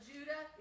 Judah